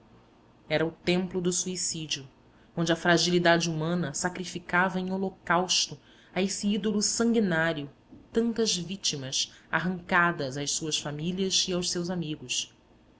era o templo do suicídio onde a fragilidade humana sacrificava em holocausto a esse ídolo sanguinário tantas vítimas arrancadas às suas famílias e aos seus amigos